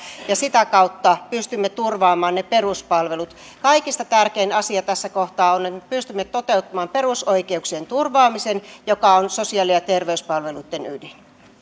ja sitä kautta pystymme turvaamaan ne peruspalvelut kaikista tärkein asia tässä kohtaa on että me pystymme toteuttamaan perusoikeuksien turvaamisen joka on sosiaali ja terveyspalveluitten ydin pyydän